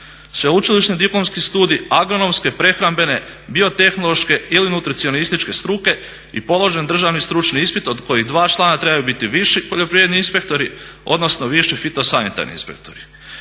sveučilišni diplomski studij agronomske, prehrambene, biotehnološke ili nutricionističke struke i položen državni stručni ispit, od kojih dva člana trebaju biti viši poljoprivredni inspektori, odnosno viši fitosanitarni inspektori.